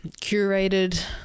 curated